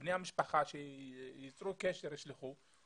לבני המשפחה שיצרו קשר וישלחו,